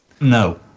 No